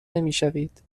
نمیشوید